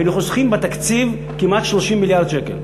היינו חוסכים בתקציב כמעט 30 מיליארד שקל.